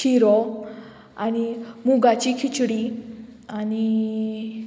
शिरो आनी मुगाची खिचडी आनी